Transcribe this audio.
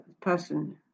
person